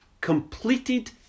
completed